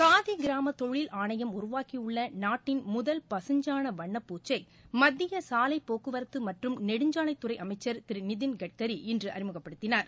காதி கிராம தொழில் ஆணையம் உருவாக்கியுள்ள நாட்டின் முதல் பகஞ்சாண வண்ணப் பூச்சை மத்திய சாலைப் போக்குவரத்து மற்றும் நெடுஞ்சாலைத்துறை அமைச்சர் திரு நிதின் கட்கரி இன்று அறிமுகப்படுத்தினார்